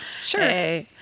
Sure